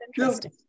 interesting